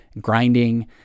grinding